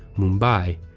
mumbai.